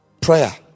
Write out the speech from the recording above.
prayer